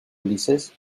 ulises